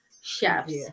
chefs